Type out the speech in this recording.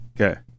okay